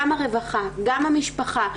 גם הרווחה, גם המשפחה.